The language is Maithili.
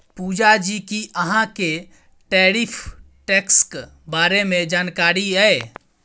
पुजा जी कि अहाँ केँ टैरिफ टैक्सक बारे मे जानकारी यै?